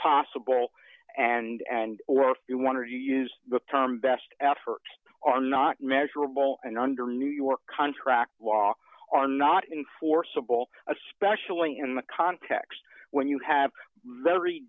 possible and or you want to use the term best efforts are not measurable and under new york contract law are not in forcible especially in the context when you have very